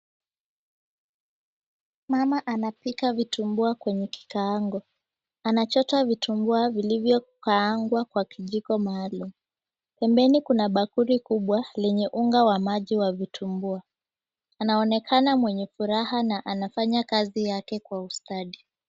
Mama anapika vitumbua kwenye kikaango anachota vitumbua vilivyokaangwa kwa kijiko maalum. Pembeni kuna bakuli kubwa lenye unga wa maji wa vitumbua. Anaonekana mwenye furaha na anafanyakazi yake kwa ustadi.